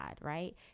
right